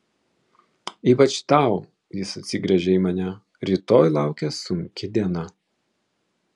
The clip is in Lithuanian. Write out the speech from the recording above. ypač tau jis atsigręžia į mane rytoj laukia sunki diena